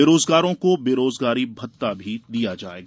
बेरोजगारों को बेरोजगारी भत्ता भी दिया जायेगा